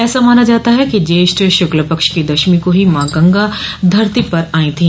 ऐसा माना जाता है कि ज्येष्ठ श्क्ल पक्ष की दशमी को ही माँ गंगा धरती पर आई थी